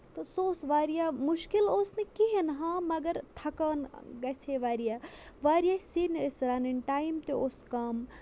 تہٕ سُہ اوس واریاہ مُشکِل اوس نہٕ کِہیٖنٛۍ ہاں مگر تھکان گَژھِ ہے واریاہ واریاہ سِنۍ ٲسۍ رَنٕنۍ ٹایِم تہِ اوس کَم